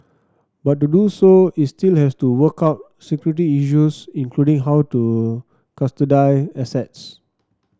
but to do so it still has to work out security issues including how to custody assets